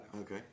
okay